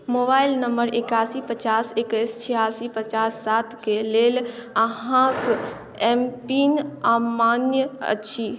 mobile number एकासी पचास एक्कैस छियासी पचास सात के लेल अहाँके एम पिन अमान्य अछि